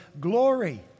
glory